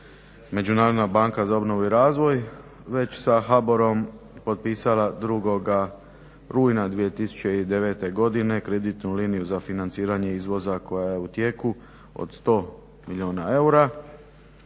Međunarodna banka za obnovu i razvoj već sa HBOR-om potpisala 2.rujna 2009.godine kreditnu liniju za financiranje izvoza koja je u tijeku od 100 milijuna eura